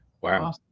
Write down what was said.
Wow